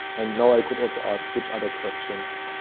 and now i could also ask which other questions